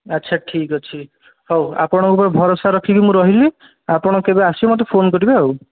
ଆଚ୍ଛା ଠିକ୍ ଅଛି ହଉ ଆପଣଙ୍କ ଉପରେ ଭରସା ରଖିକି ମୁଁ ରହିଲି ଆପଣ କେବେ ଆସିବେ ମୋତେ ଫୋନ୍ କରିବେ ଆଉ